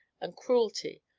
and cruelty,